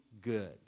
good